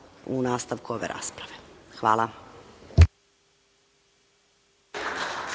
u nastavku ove rasprave. Hvala.